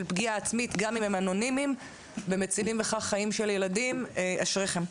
פגיעה עצמית גם אם הם אנונימיים ומצילים בכך חיים של ילדים אשריכם.